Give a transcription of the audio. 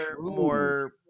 more